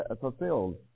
fulfilled